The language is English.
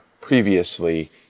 previously